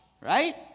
Right